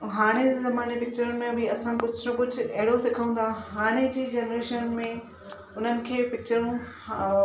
हाणे जे ज़माने में पिक्चरुनि में बि असां कुझु न कुझु अहिड़ो सिखऊं था हाणे जी जनरेशन में हुननि खे पिक्चरूं